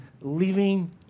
living